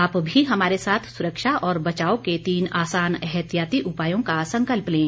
आप भी हमारे साथ सुरक्षा और बचाव के तीन आसान एहतियाती उपायों का संकल्प लें